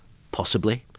possibly.